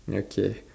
okay